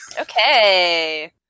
Okay